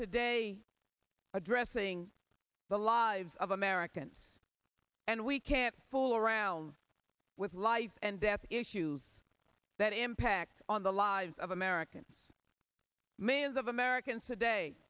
today addressing the lives of americans and we can't fool around with life and death issues that impact on the lives of americans millions of americans today